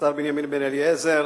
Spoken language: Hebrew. השר בנימין בן-אליעזר,